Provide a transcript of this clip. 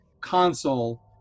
console